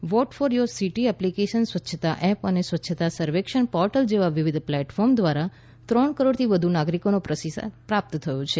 vote for your city application Swachhata app અને Swachh Survekshan portal જેવા વિવિધ પ્લેટફોર્મ દ્વારા ત્રણ કરોડથી વધુ નાગરિકોનો પ્રતિસાદ પ્રાપ્ત થયો છે